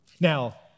Now